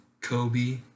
Kobe